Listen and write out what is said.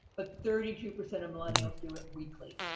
but thirty two percent of millennials do it weekly.